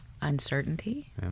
Uncertainty